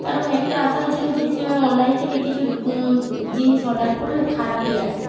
কারণ একটা আশাই ছিল যে যে অনলাইন থেকে কিছু জিনিস অর্ডার করলে খারাপই আসে